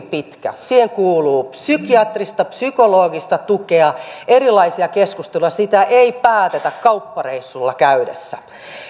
pitkä siihen kuuluu psykiatrista psykologista tukea ja erilaisia keskusteluja sitä ei päätetä kauppareissulla käydessä